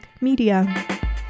Media